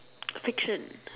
fiction